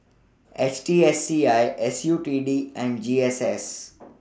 H T S C I S U T D and G S S